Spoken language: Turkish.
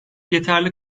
yeterli